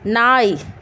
நாய்